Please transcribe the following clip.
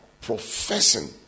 professing